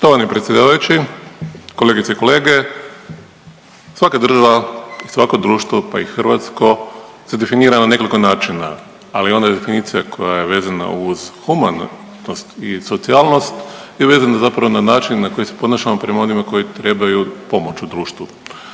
Štovani predsjedavajući, kolegice i kolege, svaka država, svako društvo pa i hrvatsko se definira na nekoliko načina, ali ona definicija koja je vezana uz humanost i socijalnost je vezana zapravo na način na koji se ponašamo prema onima koji trebaju pomoć u društvu.